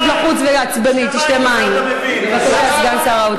אל תתערבי בדיון בכלל.